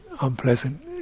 unpleasant